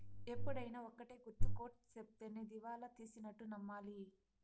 ఎప్పుడైనా ఒక్కటే గుర్తు కోర్ట్ సెప్తేనే దివాళా తీసినట్టు నమ్మాలి